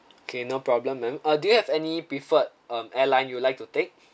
okay no problem ma'am uh do you have any preferred um airline you'd like to take